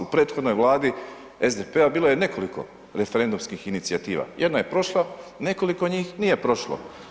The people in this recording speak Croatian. U prethodnoj Vladi SDP-a bilo je nekoliko referendumskih inicijativa, jedna je prošla, nekoliko njih nije prošlo.